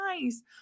nice